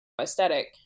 aesthetic